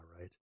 right